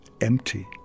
empty